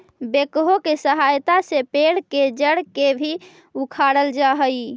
backhoe के सहायता से पेड़ के जड़ के भी उखाड़ल जा हई